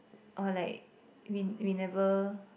or like we we never